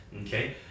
okay